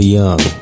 young